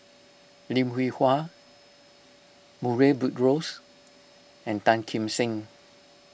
Lim Hwee Hua Murray Buttrose and Tan Kim Seng